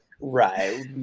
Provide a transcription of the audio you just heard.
Right